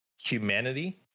humanity